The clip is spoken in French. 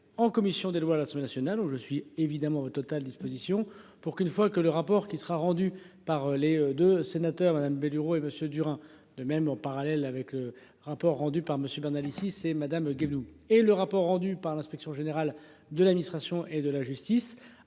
en commission des lois la semaine nationale ou je suis évidemment au total disposition pour qu'une fois que le rapport qui sera rendu par les deux sénateurs Madame Bénureau et Monsieur hein. De même, en parallèle avec le rapport rendu par monsieur Bernalicis et Madame Guévenoux et le rapport rendu par l'inspection générale de l'administration et de la justice